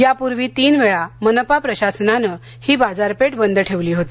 यापूर्वी तीन वेळा मनपा प्रशासनाने ही बाजारपेठ बंद ठेवली होती